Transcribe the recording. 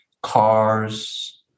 cars